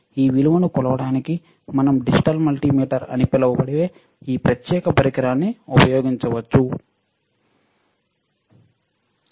ఈ విలువను కొలవడానికి మనం డిజిటల్ మల్టీమీటర్ అని పిలువబడే ఈ ప్రత్యేక పరికరాలను ఉపయోగించవచ్చు